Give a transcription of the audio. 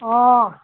অঁ